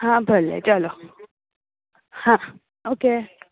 હા ભલે ચલો હા ઓકે